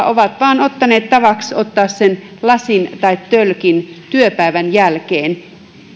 ovat vain ottaneet tavaksi ottaa sen lasin tai tölkin työpäivän jälkeen